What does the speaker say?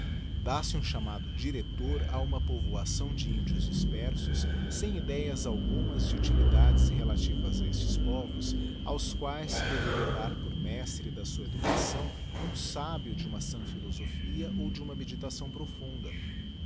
dá-se um chamado director a uma povoação de índios dispersos sem idéas algumas de utilidades relativas a estes povos aos quaes se deveria dar por mestre da sua educação um sábio de uma bã philosophia o de uma meditação profunda